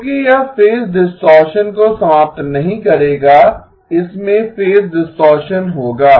क्योंकि यह phase distortion को समाप्त नहीं करेगा इसमें फेज डिस्टॉरशन होगा